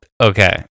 Okay